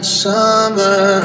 summer